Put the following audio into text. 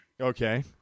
Okay